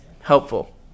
helpful